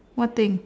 what thing